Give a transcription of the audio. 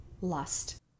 lust